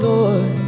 Lord